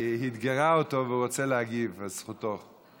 היא אתגרה אותו והוא רוצה להגיב, אז זכותו.